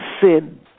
sin